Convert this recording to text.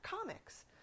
Comics